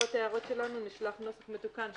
ובעקבות הערות שלנו נשלח נוסח מתוקן,